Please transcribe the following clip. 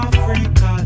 Africa